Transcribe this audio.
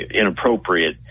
inappropriate